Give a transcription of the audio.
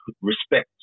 respect